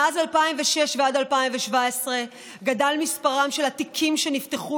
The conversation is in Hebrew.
מאז 2006 ועד 2017 גדל מספרם של התיקים שנפתחו